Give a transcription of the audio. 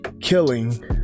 killing